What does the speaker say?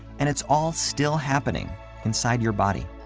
and it's all still happening inside your body.